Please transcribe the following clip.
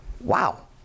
Wow